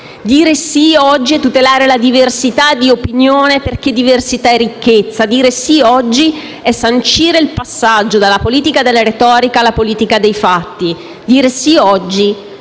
Dire sì oggi è tutelare la diversità di opinione, perché diversità è ricchezza; dire sì è sancire il passaggio dalla politica della retorica a quella dei fatti. Dire sì oggi